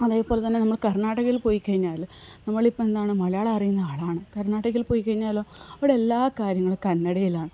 അതേപോലെ തന്നെ നമ്മൾ കർണാടകയിൽ പോയി കഴിഞ്ഞാല് നമ്മളിപ്പോള് എന്താണ് മലയാളം അറിയുന്ന ആളാണ് കർണാടകയിൽ പോയി കഴിഞ്ഞാലോ അവിടെ എല്ലാ കാര്യങ്ങളും കന്നഡയിലാണ്